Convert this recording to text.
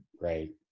Right